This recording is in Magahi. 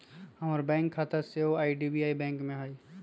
हमर बैंक खता सेहो आई.डी.बी.आई बैंक में हइ